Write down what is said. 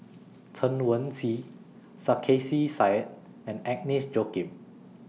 Chen Wen Hsi Sarkasi Said and Agnes Joaquim